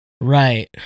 Right